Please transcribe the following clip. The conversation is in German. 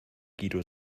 guido